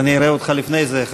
ואז אני אראה אותך לפני זה,